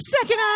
second